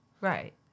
Right